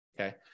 Okay